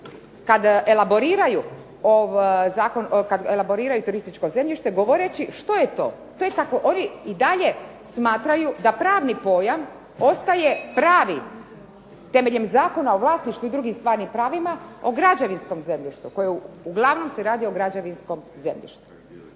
kada elaboriraju turističko zemljište govoreći što je to. Oni i dalje smatraju da pravni pojam ostaje pravi temeljem Zakona o vlasništvu i drugim stvarnim pravima o građevinskom zemljištu, uglavnom se radi o građevinskom zemljištu.